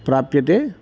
प्राप्यते